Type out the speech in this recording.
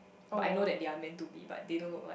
but I know that they are meant to be but they don't look like